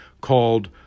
called